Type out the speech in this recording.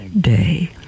day